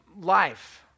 life